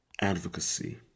advocacy